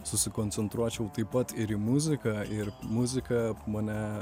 susikoncentruočiau taip pat ir į muziką ir muzika mane